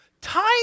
Time